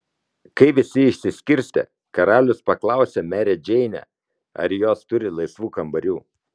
kai visi išsiskirstė karalius paklausė merę džeinę ar jos turi laisvų kambarių